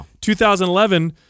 2011